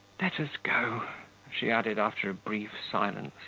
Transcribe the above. let us go she added, after a brief silence.